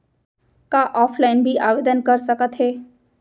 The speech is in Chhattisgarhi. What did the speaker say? का ऑफलाइन भी आवदेन कर सकत हे?